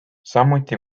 samuti